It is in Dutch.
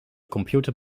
computer